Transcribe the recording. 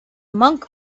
monk